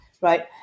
Right